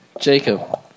Jacob